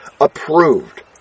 approved